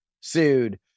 sued